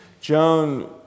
Joan